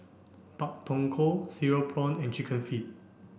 Pak Thong Ko Cereal Prawn and chicken feet